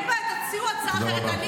אין בעיה, תציעו הצעה אחרת.